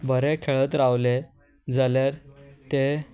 बरें खेळत रावले जाल्यार ते